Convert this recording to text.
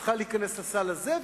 צריכה להיכנס לסל הזה,